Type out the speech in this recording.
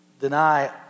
deny